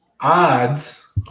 odds